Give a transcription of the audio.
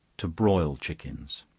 to broil chickens.